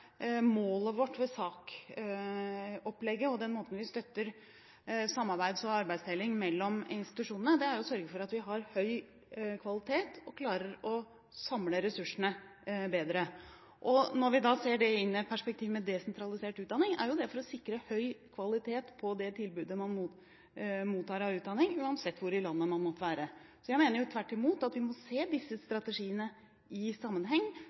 målet vårt med SAK-opplegget og den måten vi støtter samarbeid og arbeidsdeling mellom institusjonene på, er å sørge for at vi har høy kvalitet og klarer å samle ressursene bedre. Når vi da ser det i et perspektiv med desentralisert utdanning, er det for å sikre høy kvalitet på det tilbudet man mottar av utdanning uansett hvor i landet man måtte være. Jeg mener tvert imot at vi må se disse strategiene i sammenheng,